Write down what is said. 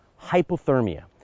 hypothermia